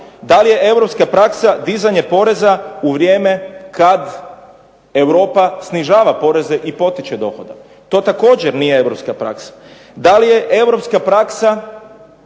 Da li je europska praksa dizanje poreza u vrijeme kad Europa snižava poreze i potiče dohodak? To također nije europska praksa. Da li je europska praksa